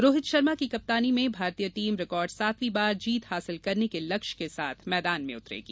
रोहित शर्मा की कप्तानी में भारतीय टीम रिकॉर्ड सातवीं बार जीत हासिल करने के लक्ष्य के साथ मैदान में उतरेगी